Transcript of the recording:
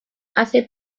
hace